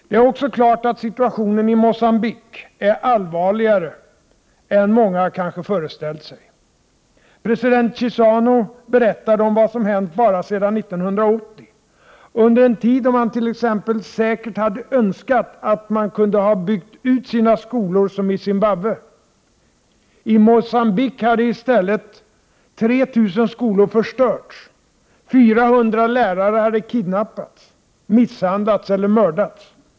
Det är också klart att situationen i Mogambique är allvarligare än många kanske föreställt sig. President Chissano berättade om vad som hade hänt bara sedan 1980, under en tid då man t.ex. säkert hade önskat att man kunde ha byggt ut sina skolor, som i Zimbabwe. I Mogambique hade i stället 3 000 skolor förstörts. 400 lärare hade kidnappats, misshandlats eller mördats.